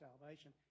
salvation